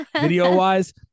video-wise